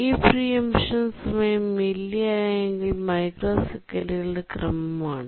ഈ പ്രീഎമ്പ്ഷൻ സമയം മില്ലി അല്ലെങ്കിൽ മൈക്രോസെക്കൻഡുകളുടെ ക്രമമാണ്